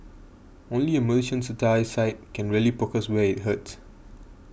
only a Malaysian satire site can really poke us where it hurts